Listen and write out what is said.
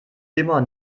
immer